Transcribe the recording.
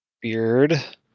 Beard